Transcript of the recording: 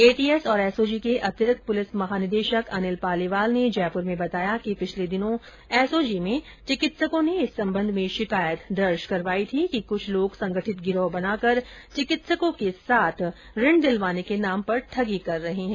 ATS और SOG के अतिरिक्त पुलिस महानिदेशक अनिल पालीवाल ने जयपुर में बताया कि पिछले दिनों एसओजी में चिकित्सकों ने इस संबंध में शिकायत दर्ज करवाई थी कि कुछ लोग संगठित गिरोह बनाकर चिकित्सकों के साथ ऋण दिलवाने के नाम पर ठगी कर रहे है